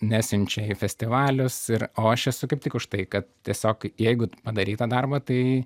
nesiunčia į festivalius ir o aš esu kaip tik už tai kad tiesiog kaip jeigu tu padarei tą darbą tai